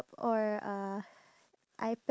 through facial expression